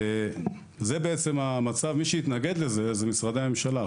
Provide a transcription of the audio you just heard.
זה המצב, מי שהתנגד לזה היו משרדי הממשלה.